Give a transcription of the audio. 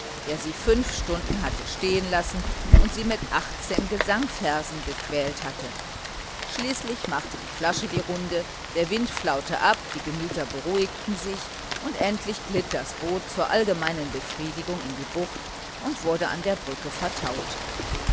der sie fünf stunden hatte stehen lassen und sie mit achtzehn gesangversen gequält hatte schließlich machte die flasche die runde der wind flaute ab die gemüter beruhigten sich und endlich glitt das boot zur allgemeinen befriedigung in die bucht und wurde an der brücke vertaut